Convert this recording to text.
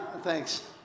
Thanks